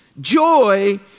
joy